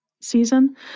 season